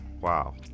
Wow